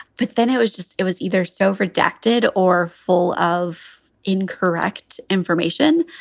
but then it was just it was either so redacted or full of incorrect information.